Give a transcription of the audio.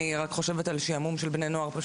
אני רק חושבת על שעמום של בני נוער.